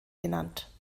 genannt